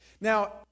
now